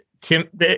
Tim